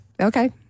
Okay